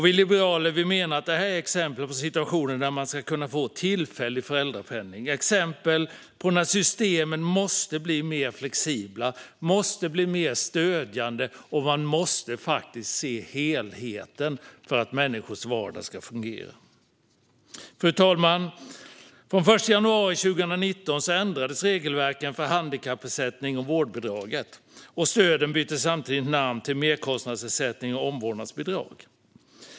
Vi liberaler menar att detta är exempel på situationer där det ska gå att få tillfällig föräldrapenning - exempel på när systemen måste bli mer flexibla och mer stödjande. Man måste faktiskt se helheten för att människors vardag ska fungera. Fru talman! Från den 1 januari 2019 ändrades regelverken för handikappersättning och vårdbidrag, och stöden bytte samtidigt namn till merkostnadsersättning och omvårdnadsbidrag.